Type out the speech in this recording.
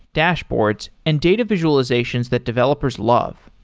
dashboards and data visualizations that developers love.